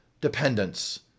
dependence